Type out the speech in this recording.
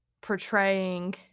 portraying